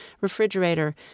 refrigerator